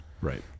Right